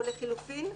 או לחילופין,